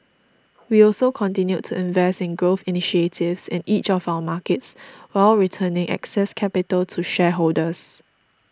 we also continued to invest in growth initiatives in each of our markets while returning excess capital to shareholders